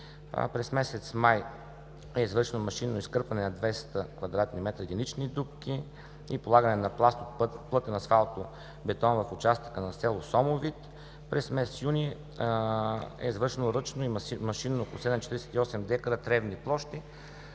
през месец май е извършено машинно изкърпване на 200 кв. м единични дупки и полагане на пласт от плътен асфалтобетон в участъка на село Сомовит; през месец юни е извършено ръчно и машинно косене на 48 дка тревни площи,